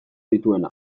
dituena